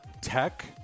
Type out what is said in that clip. tech